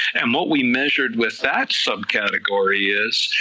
and what we measured with that subcategory is,